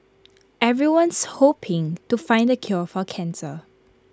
everyone's hoping to find the cure for cancer